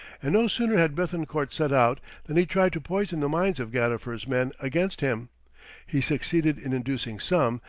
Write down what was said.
and no sooner had bethencourt set out than he tried to poison the minds of gadifer's men against him he succeeded in inducing some,